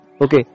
Okay